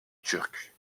turque